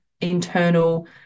internal